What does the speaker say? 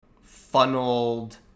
funneled